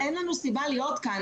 אין לנו סיבה להיות כאן.